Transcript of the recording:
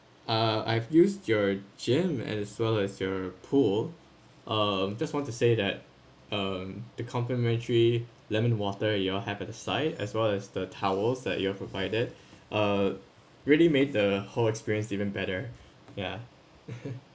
ah I've used your gym as well as your pool uh just want to say that um the complimentary lemon water you all have at the side as well as the towels that you have provided uh really made the whole experience even better ya